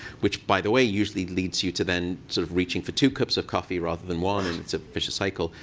which, by the way, usually leads you to then sort of reaching for two cups of coffee rather than one. and it's a vicious cycle.